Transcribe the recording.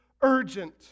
urgent